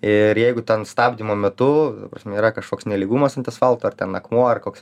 ir jeigu ten stabdymo metu ta prasme yra kažkoks nelygumus ant asfalto ar ten akmuo ar koks